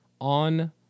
on